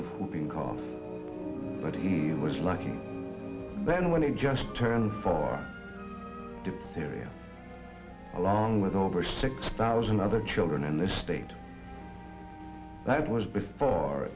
of being called but he was lucky then when he just turned four along with over six thousand other children in the state that was before